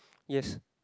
yes